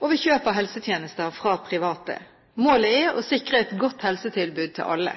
og ved kjøp av helsetjenester fra private. Målet er å sikre